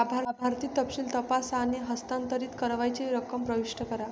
लाभार्थी तपशील तपासा आणि हस्तांतरित करावयाची रक्कम प्रविष्ट करा